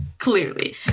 Clearly